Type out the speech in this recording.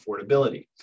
affordability